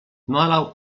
nalał